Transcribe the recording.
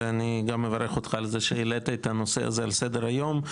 אני מברך אותך על זה שהעלית את הנושא הזה על סדר היום.